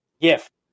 gift